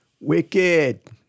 Wicked